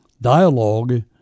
Dialogue